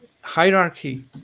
hierarchy